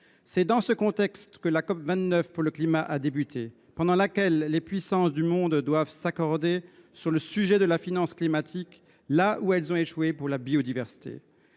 C’est dans ce contexte que la COP29 sur les changements climatiques a débuté, pendant laquelle les puissances du monde doivent s’accorder sur le sujet de la finance climatique, là où elles ont échoué pour la biodiversité.